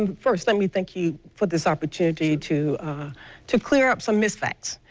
and first, let me thank you for this opportunity to to clear up some miss facts.